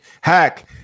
Hack